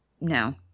No